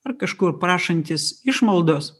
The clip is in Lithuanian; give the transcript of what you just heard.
ar kažkur prašantis išmaldos